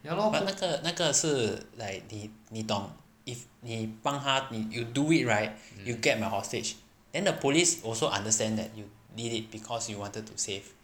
but 那个那个是 like 你你懂 if 你帮他 you do it right you get my hostage then the police also understand that you did it because you wanted to save